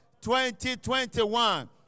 2021